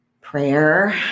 prayer